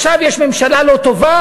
עכשיו יש ממשלה לא טובה,